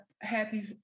happy